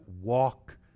walk